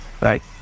right